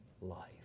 life